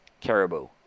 Caribou